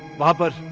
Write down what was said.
papa.